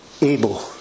able